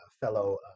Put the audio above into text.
fellow